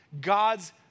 God's